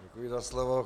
Děkuji za slovo.